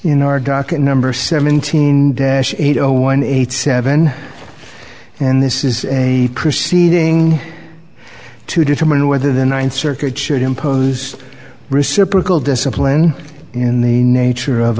in our docket number seventeen dash eight zero one eight seven and this is a proceeding to determine whether the ninth circuit should impose reciprocal discipline in the nature of